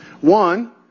One